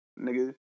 niggas